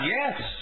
yes